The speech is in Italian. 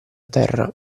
terra